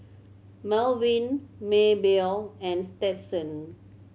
Baldwin Maybell and Stetson